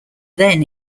then